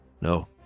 No